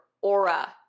aura